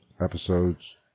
episodes